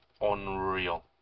unreal